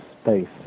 space